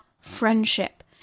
friendship